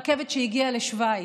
רכבת שהגיעה לשווייץ.